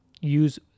use